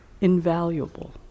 invaluable